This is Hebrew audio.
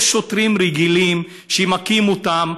לא שוטרים רגילים שמכים אותם